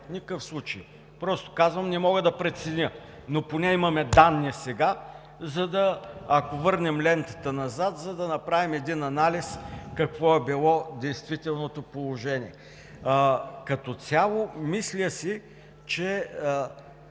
никакъв случай! Просто казвам – не мога да преценя. Но поне сега имаме данни, ако върнем лентата назад, за да направим анализ какво е било действителното положение. Като цяло, мисля си, че